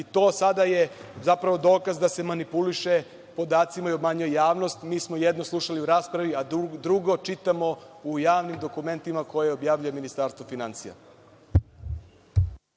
To je sada zapravo dokaz da se manipuliše podacima i obmanjuje javnost. Mi smo jedno slušali u raspravi, a drugo čitamo u javnim dokumentima koje objavljuje Ministarstvo finansija.